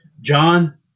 John